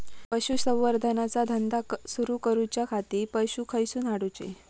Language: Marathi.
पशुसंवर्धन चा धंदा सुरू करूच्या खाती पशू खईसून हाडूचे?